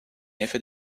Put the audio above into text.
effet